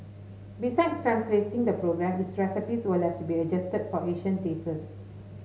besides translating the program its recipes will have to be adjusted for Asian tastes